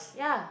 ya